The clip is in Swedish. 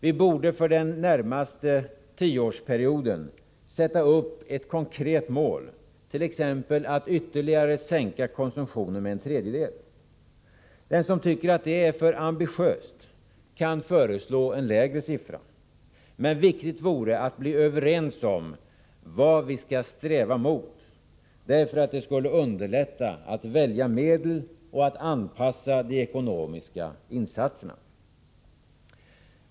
Vi borde för den närmaste tioårsperioden sätta upp ett konkret mål, t.ex. att ytterligare sänka konsumtionen med en tredjedel. Den som tycker att det är för ambitiöst kan föreslå en lägre siffra, men viktigt vore att bli överens om vad vi skall sträva mot, därför att det skulle underlätta att välja medel och att anpassa de ekonomiska insatserna.